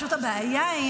הבעיה היא,